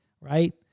right